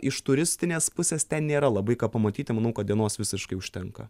iš turistinės pusės ten nėra labai ką pamatyti manau kad dienos visiškai užtenka